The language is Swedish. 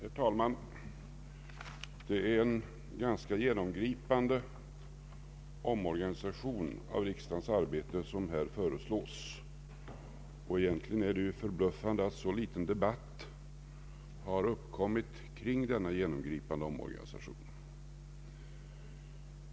Herr talman! Det är en genomgripande omorganisation av riksdagens arbete som här föreslås, och egentligen är det förbluffande att debatten kring denna omorganisation har varit så obetydlig.